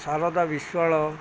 Saradha Biswal